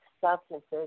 substances